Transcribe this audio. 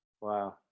Wow